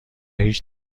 هیچ